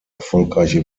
erfolgreiche